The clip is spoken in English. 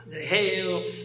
hail